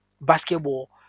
basketball